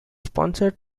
sponsored